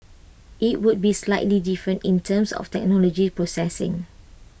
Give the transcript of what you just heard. IT would be slightly different in terms of technology processing